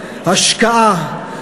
השקעה,